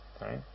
right